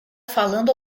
falando